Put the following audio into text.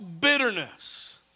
bitterness